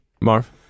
Marv